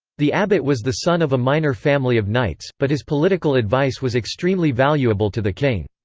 the abbot was the son of a minor family of knights, but his political advice was extremely valuable to the king.